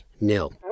nil